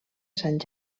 sant